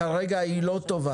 תבדקו אותי.